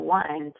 one